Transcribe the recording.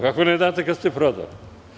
Kako ne možete kada ste prodali?